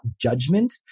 judgment